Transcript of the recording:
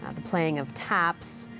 the playing of taps,